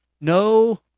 no